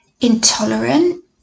intolerant